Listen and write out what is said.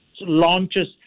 launches